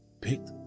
picked